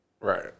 Right